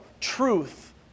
truth